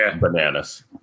bananas